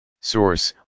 Source